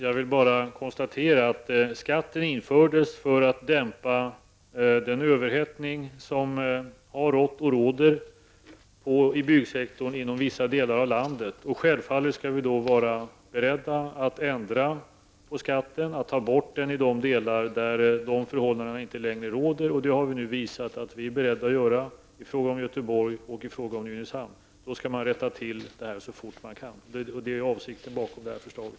Herr talman! Skatten infördes för att dämpa den överhettning som har rått och råder på byggsektorn inom vissa delar av landet. Självfallet skall vi vara beredda att ändra på skatten eller ta bort den i de delar där förhållandena har förändrats. Vi har nu visat att vi är beredda att göra detta i Göteborg och Nynäshamn. Man skall naturligtvis rätta till sådant så fort det går. Det är avsikten bakom förslaget.